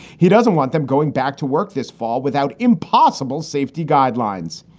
he doesn't want them going back to work this fall without impossible safety guidelines.